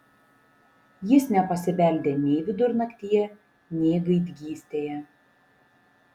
jis nepasibeldė nei vidurnaktyje nei gaidgystėje